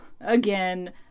again